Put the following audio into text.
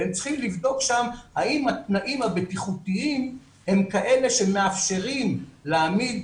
והם צריכים לבדוק שם האם התנאים הבטיחותיים הם כאלה שמאפשרים להעמיד